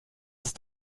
ist